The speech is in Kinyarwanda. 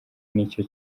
nicyo